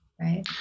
Right